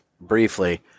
briefly